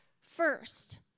first